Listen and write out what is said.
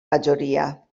majoria